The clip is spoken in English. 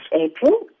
April